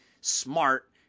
smart